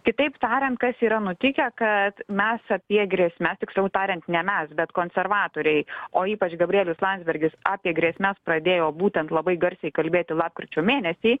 kitaip tariant kas yra nutikę kad mes apie grėsmes tiksliau tariant ne mes bet konservatoriai o ypač gabrielius landsbergis apie grėsmes pradėjo būtent labai garsiai kalbėti lapkričio mėnesį